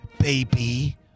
Baby